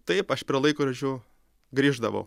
taip aš prie laikrodžių grįždavau